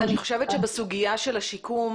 אני חושבת שבסוגיה של השיקום,